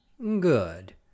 Good